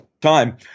time